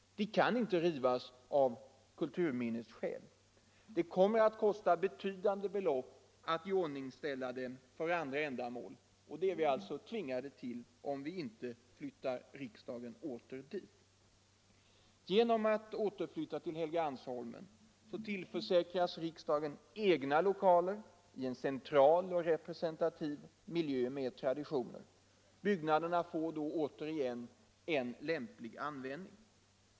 Av kulturminnesskäl kan de inte rivas. Det kommer att kosta betydande belopp att iordningställa dem för andra ändamål, och det är vi alltså tvingade till om vi inte flyttar riksdagen tillbaka dit. Genom att återflytta till Helgeandsholmen tillförsäkras riksdagen egna lokaler i en central och representativ miljö med traditioner. Byggnaderna får då åter en lämplig användning.